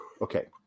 Okay